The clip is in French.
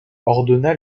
ordonna